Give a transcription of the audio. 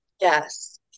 Yes